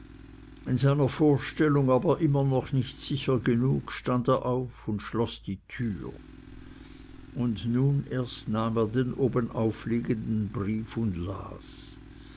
in seiner vorstellung aber immer noch nicht sicher genug stand er auf und schloß die tür und nun erst nahm er den obenauf liegenden brief und las